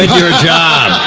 ah your job.